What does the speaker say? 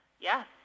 Yes